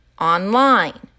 online